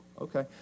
okay